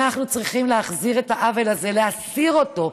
אנחנו צריכים להחזיר, העוול הזה, להסיר אותו.